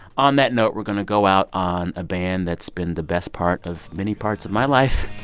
on that note, we're going to go out on a band that's been the best part of many parts of my life,